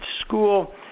school